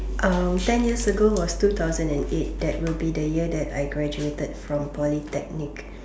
um ten years ago was two thousand and eight that will be the year that I graduated from Polytechnic